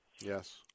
Yes